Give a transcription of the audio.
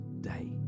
day